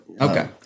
Okay